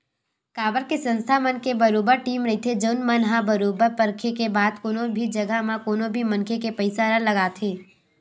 काबर के संस्था मन के बरोबर टीम रहिथे जउन मन ह बरोबर परखे के बाद कोनो भी जघा म कोनो भी मनखे के पइसा ल लगाथे